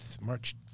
March